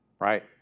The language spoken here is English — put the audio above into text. Right